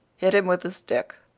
hit him with a stick.